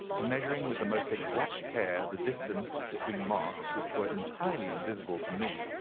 measuring with the most exact care the distance between marks which were entirely invisible to me,